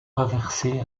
reversés